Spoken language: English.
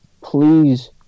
please